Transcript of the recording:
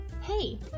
Hey